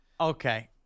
Okay